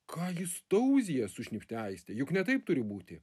ką jis tauzija sušnypštė aistė juk ne taip turi būti